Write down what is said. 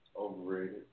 Overrated